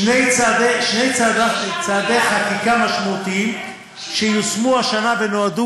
שני צעדי חקיקה משמעותיים שיושמו השנה ונועדו